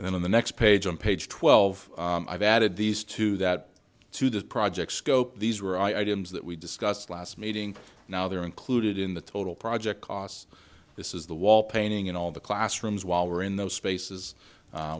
and then on the next page on page twelve i've added these two that to the project scope these were i do that we discussed last meeting now they're included in the total project costs this is the wall painting and all the classrooms while we're in those spaces